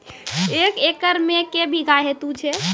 एक एकरऽ मे के बीघा हेतु छै?